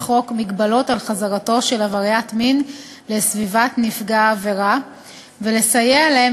חוק מגבלות על חזרתו של עבריין מין לסביבת נפגע עבירה ולסייע להם